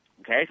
Okay